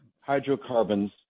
hydrocarbons